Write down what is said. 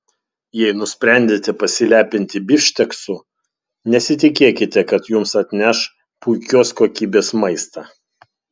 jei nusprendėte pasilepinti bifšteksu nesitikėkite kad jums atneš puikios kokybės maistą